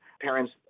parents